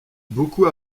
beaucoup